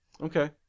Okay